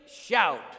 shout